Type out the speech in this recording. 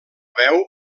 veu